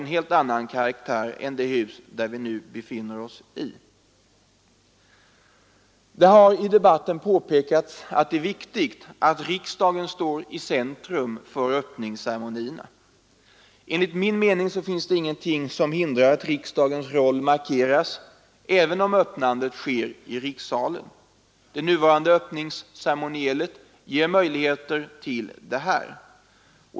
en helt annan karaktär än det hus vi nu befinner oss i. Det har i debatten påpekats att det är riktigt att riksdagen står i centrum för öppningsceremonierna. Enligt min mening finns det ingenting som hindrar att riksdagens roll markeras, även om öppnandet sker i rikssalen. Det nuvarande öppningsceremonielet ger möjligheter till detta.